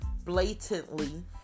blatantly